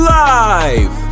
live